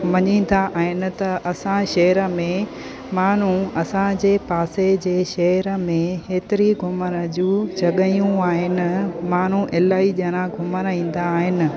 मञींदा आहिनि त असां शहर में माण्हू असांजे पासे जे शहर में हेतिरी घुमण जूं जॻहियूं आइन माण्हू इलाही ॼणा घुमणु ईंदा आहिनि